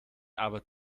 aber